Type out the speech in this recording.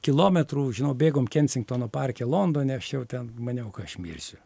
kilometrų žinau bėgom kensingtono parke londone aš jau ten maniau kad aš mirsiu